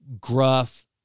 gruff